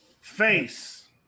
Face